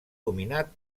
dominat